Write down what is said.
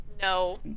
No